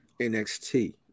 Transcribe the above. NXT